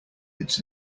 its